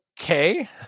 Okay